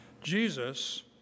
Jesus